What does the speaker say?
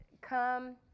come